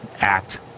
act